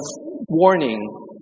warning